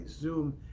Zoom